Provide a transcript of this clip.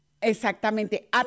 Exactamente